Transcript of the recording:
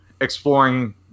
exploring